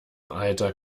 alter